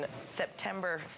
September